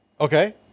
Okay